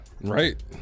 Right